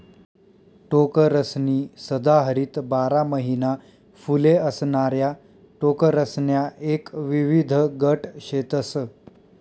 टोकरसनी सदाहरित बारा महिना फुले असणाऱ्या टोकरसण्या एक विविध गट शेतस